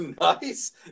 Nice